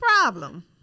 problem